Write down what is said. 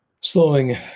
slowing